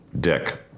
dick